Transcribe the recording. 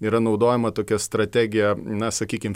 yra naudojama tokia strategija na sakykim